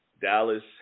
Dallas